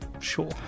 Sure